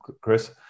chris